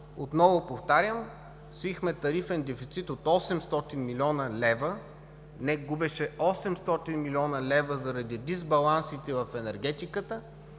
отново повтарям, свихме тарифен дефицит от 800 млн. лв. – НЕК губеше 800 милиона заради дисбалансите в енергетиката.